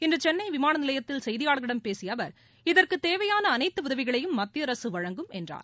இன்று சென்னை விமான நிலையத்தில் செய்தியாளர்களிடம் பேசிய அவர் இதற்குத் தேவையான அனைத்து உதவிகளையும் மத்திய அரசு வழங்கும் என்றார்